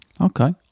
Okay